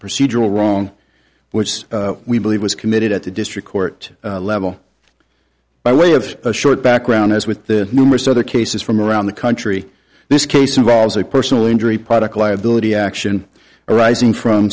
procedural wrong which we believe was committed at the district court level by way of a short background as with the numerous other cases from around the country this case involves a personal injury product liability action arising from